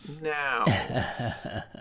now